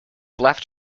left